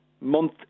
month